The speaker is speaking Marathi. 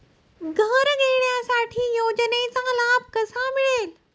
घर घेण्यासाठी योजनेचा लाभ कसा मिळेल?